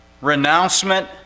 renouncement